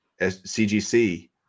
CGC